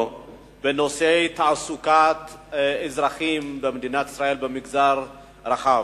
בנושא תעסוקת אזרחים במדינת ישראל במגזר רחב.